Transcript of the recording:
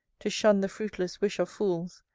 to shun the fruitless wish of fools,